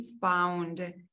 found